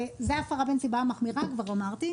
זו הפרה בנסיבה מחמירה, כבר אמרתי.